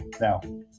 Now